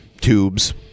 Tubes